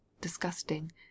disgusting